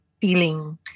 feeling